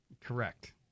Correct